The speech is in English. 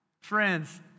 Friends